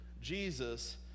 Jesus